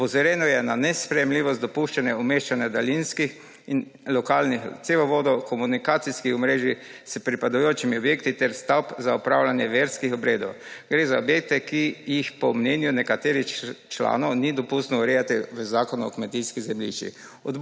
Opozorjeno je na nesprejemljivost dopuščanja umeščanja daljinskih in lokalnih cevovodov, komunikacijskih omrežij s pripadajočimi objekti ter stavb za opravljanje verskih obredov. Gre za objekte, ki jih po mnenju nekaterih članov ni dopustno urejati v zakonu o kmetijskih zemljiščih.